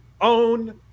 own